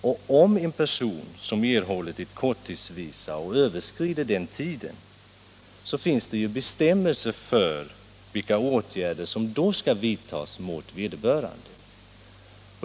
För de fall där en person som erhållit ett korttidsvisum överskrider anslagen tid för vistelsen här finns det bestämmelser om vilka åtgärder som skall vidtas mot vederbörande.